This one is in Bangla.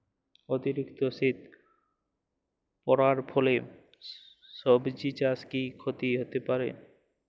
অতিরিক্ত শীত পরার ফলে সবজি চাষে কি ক্ষতি হতে পারে?